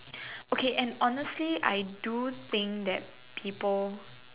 okay and honestly I do think that people